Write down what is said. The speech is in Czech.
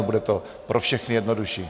Bude to pro všechny jednodušší.